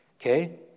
Okay